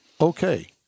Okay